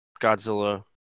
Godzilla